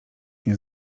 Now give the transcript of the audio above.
nie